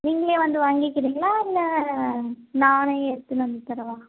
நீங்கள் வந்து வாங்கிக்கிறீங்களா இல்லை நான் எடுத்துட்டு வந்து தரவா